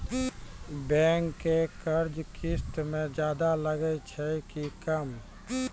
Bank के कर्जा किस्त मे ज्यादा लागै छै कि कम?